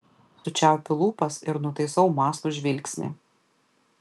sučiaupiu lūpas ir nutaisau mąslų žvilgsnį